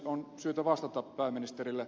on syytä vastata pääministerille